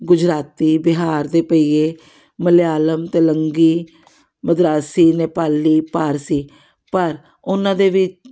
ਗੁਜਰਾਤੀ ਬਿਹਾਰ ਦੇ ਭਈਏ ਮਲਿਆਲਮ ਤੇਲੰਗੀ ਮਦਰਾਸੀ ਨੇਪਾਲੀ ਪਾਰਸੀ ਪਰ ਉਹਨਾਂ ਦੇ ਵਿੱਚ